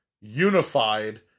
unified